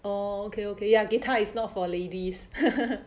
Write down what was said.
orh okay okay ya guitar is not for ladies